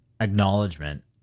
acknowledgement